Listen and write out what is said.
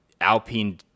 Alpine